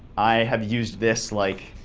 i have used this, like,